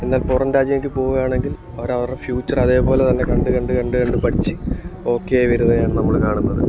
പിന്നെ പുറം രാജ്യത്തിപ്പോവാണെങ്കിൽ അവരവരുടെ ഫ്യൂച്ചറതേപോലെ തന്നെ കണ്ട് കണ്ട് കണ്ട് കണ്ട് പഠിച്ച് ഓക്കെയായി വരുന്നെയാണ് നമ്മള് കാണുന്നത്